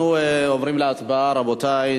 אנחנו עוברים להצבעה, רבותי.